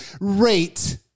rate